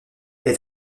elle